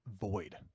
void